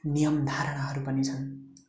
नियम धारणहरू पनि छन्